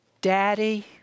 Daddy